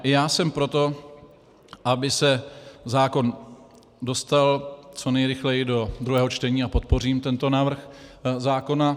Já jsem pro to, aby se zákon dostal co nejrychleji do druhého čtení, a podpořím tento návrh zákona.